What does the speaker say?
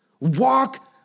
Walk